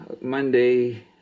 Monday